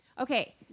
Okay